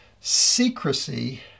secrecy